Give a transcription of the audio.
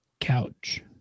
Couch